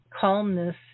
calmness